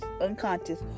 unconscious